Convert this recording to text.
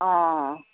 অঁ